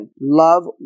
love